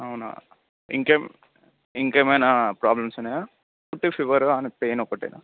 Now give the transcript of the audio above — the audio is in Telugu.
అవునా ఇంకేం ఇంకా ఏమైన ప్రాబ్లమ్స్ ఉన్నాయా అంటే ఫీవర్ కానీ పెయిన్ ఒకటేనా